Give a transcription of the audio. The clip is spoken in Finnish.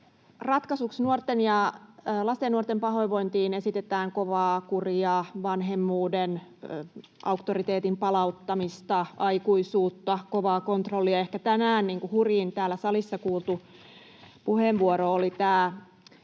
ratkaisuksi lasten ja nuorten pahoinvointiin esitetään kovaa kuria, vanhemmuuden, auktoriteetin palauttamista, aikuisuutta, kovaa kontrollia. Ehkä tänään hurjin täällä salissa kuultu puheenvuoro oli